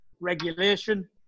regulation